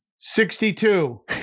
Sixty-two